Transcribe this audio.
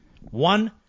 One